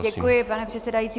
Děkuji, pane předsedající.